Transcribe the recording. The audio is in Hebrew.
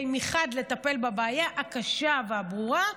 מחד כדי לטפל בבעיה הקשה והברורה,